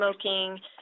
smoking